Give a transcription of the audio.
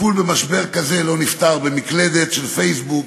טיפול במשבר כזה לא נפתר במקלדת של פייסבוק.